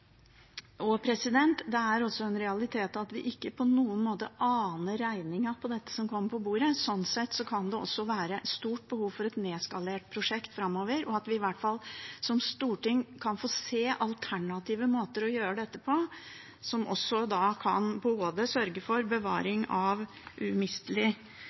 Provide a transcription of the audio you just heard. Det er også en realitet at vi ikke på noen måte aner regningen for det som kommer på bordet. Sånn sett kan det også være stort behov for et nedskalert prosjekt framover, og at vi som storting i hvert fall kan få se alternative måter å gjøre dette på som